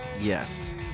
Yes